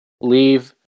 leave